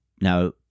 Now